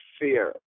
fear